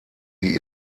die